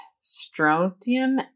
strontium